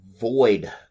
Void